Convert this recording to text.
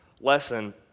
lesson